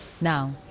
Now